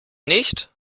nicht